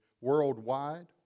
worldwide